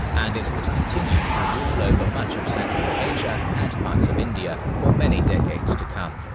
and it would continue to rule over much of central asia and parts of india for many decades to come.